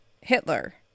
Hitler